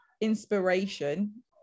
inspiration